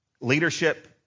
Leadership